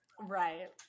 Right